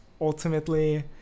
ultimately